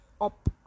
up